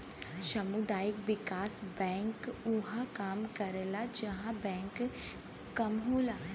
सामुदायिक विकास बैंक उहां काम करला जहां बैंक कम होला